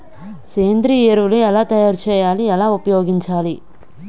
సేంద్రీయ ఎరువులు ఎలా తయారు చేయాలి? ఎలా ఉపయోగించాలీ?